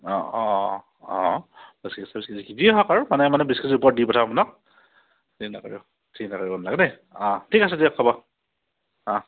অঁ অঁ অঁ অঁ যি হওক আৰু মানে মানে বিছ কেজিৰ ওপৰত দি পঠাম আপোনাক চিন্তা কৰিব চিন্তা কৰিব নালাগে দেই অঁ ঠিক আছে দিয়ক হ'ব অঁ